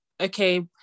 okay